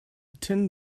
tin